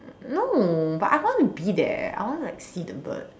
no but I want to be there I want to like see the bird